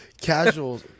Casual